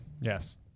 Yes